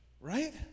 Right